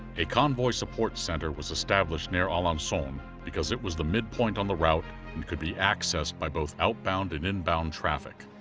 a convoy support center was established near alencon um so um because it was the midpoint on the route and could be accessed by both outbound and inbound traffic.